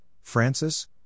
Francis